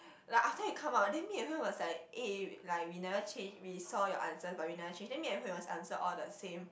like after you come out then me and Hui-Wen was like eh like we never change we saw your answers but we never change then me and Hui-Wen's answer all the same